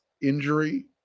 injury